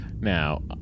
Now